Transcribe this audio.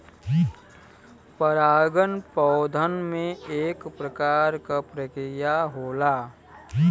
परागन पौधन में एक प्रकार क प्रक्रिया होला